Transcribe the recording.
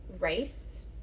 rice